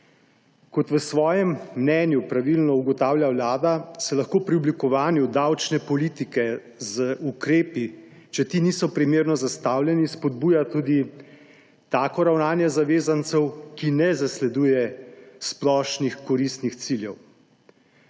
Kot v svojem mnenju pravilno ugotavlja Vlada, se lahko pri oblikovanju davčne politike z ukrepi, če ti niso primerno zastavljeni, spodbuja tudi tako ravnanje zavezancev, ki ne zasleduje splošnih koristnih ciljev.